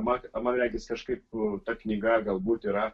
man man regis kažkaip ta knyga galbūt yra